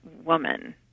woman